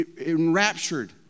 enraptured